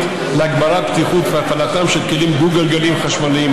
להגברת בטיחות והפעלתם של כלים דו-גלגליים חשמליים,